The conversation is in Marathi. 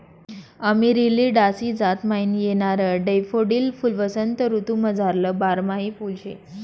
अमेरिलिडासी जात म्हाईन येणारं डैफोडील फुल्वसंत ऋतूमझारलं बारमाही फुल शे